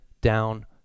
down